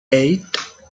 eight